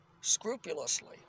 scrupulously